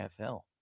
NFL